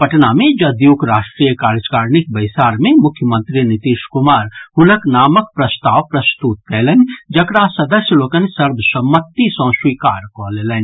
पटना मे जदयूक राष्ट्रीय कार्यकारिणीक बैसार मे मुख्यमंत्री नीतीश कुमार हुनक नामक प्रस्ताव प्रस्तुत कयलनि जकरा सदस्य लोकनि सर्वसम्मति सँ स्वीकार कऽ लेलनि